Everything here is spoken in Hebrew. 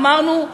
אמרנו: